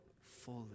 fully